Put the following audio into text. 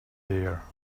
there